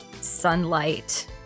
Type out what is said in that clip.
sunlight